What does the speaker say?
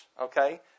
okay